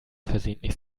versehentlich